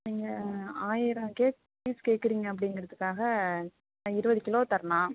நீங்கள் ஆயிரம் cake piece கேட்குறீங்க அப்படிங்றதுக்காக நான் இருபது கிலோ தரலாம்